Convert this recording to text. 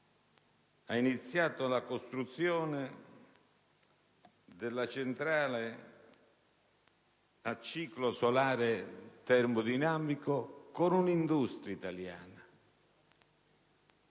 ha iniziato la costruzione della centrale a ciclo solare termodinamico con un'industria italiana.